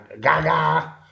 Gaga